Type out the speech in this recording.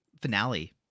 finale